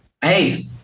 Hey